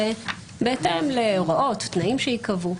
בהתאם להוראות ותנאים שייקבעו.